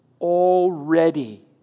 already